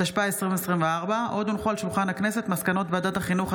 התשפ"ה 2024. מסקנות ועדת החינוך,